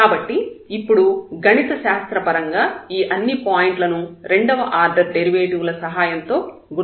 కాబట్టి ఇప్పుడు గణిత శాస్త్రపరంగా ఈ అన్ని పాయింట్లను రెండవ ఆర్డర్ డెరివేటివ్ ల సహాయంతో గుర్తిస్తాము